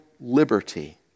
liberty